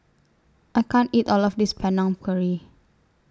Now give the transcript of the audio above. I can't eat All of This Panang Curry